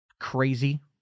crazy